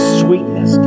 sweetness